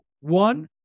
One